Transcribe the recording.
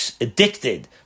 addicted